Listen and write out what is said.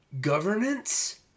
governance